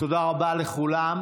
תודה רבה לכולם.